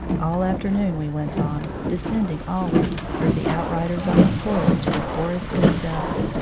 all afternoon we went on, descending always, through the outriders of the forest to the forest itself.